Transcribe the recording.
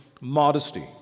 modesty